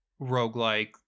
roguelike